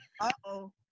Uh-oh